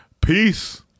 Peace